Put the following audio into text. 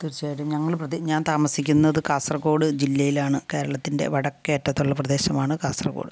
തീർച്ചയായിട്ടും ഞങ്ങൾ പ്രദേ ഞാൻ താമസിക്കുന്നത് കാസർഗോഡ് ജില്ലയിലാണ് കേരളത്തിൻ്റെ വടക്കേ അറ്റത്തുള്ള പ്രദേശമാണ് കാസർഗോഡ്